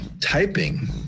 Typing